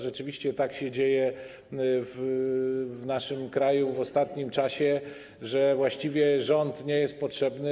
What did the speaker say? Rzeczywiście tak się dzieje w naszym kraju w ostatnim czasie, że właściwie rząd nie jest potrzebny.